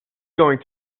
going